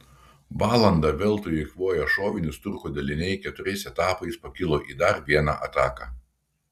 valandą veltui eikvoję šovinius turkų daliniai keturiais etapais pakilo į dar vieną ataką